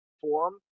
form